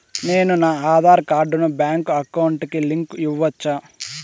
నేను నా ఆధార్ కార్డును బ్యాంకు అకౌంట్ కి లింకు ఇవ్వొచ్చా?